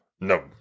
No